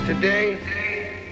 Today